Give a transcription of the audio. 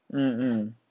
mm mm